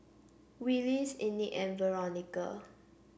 Willis Enid and Veronica